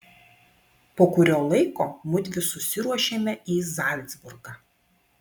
po kurio laiko mudvi susiruošėme į zalcburgą